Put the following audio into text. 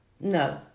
No